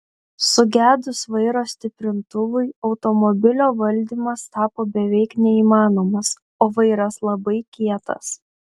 sugedus vairo stiprintuvui automobilio valdymas tapo beveik neįmanomas o vairas labai kietas